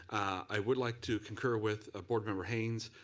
i would like to concur with board member haynes.